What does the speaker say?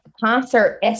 Concert